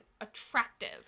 attractive